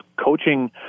Coaching